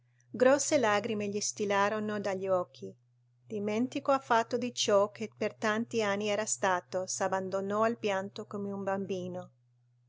grosse lagrime gli stillarono dagli occhi dimentico affatto di ciò che per tanti anni era stato s'abbandonò al pianto come un bambino